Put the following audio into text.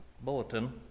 bulletin